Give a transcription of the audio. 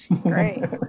great